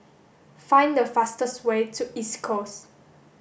find the fastest way to East Coast